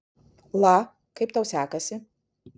la kaip tau sekasi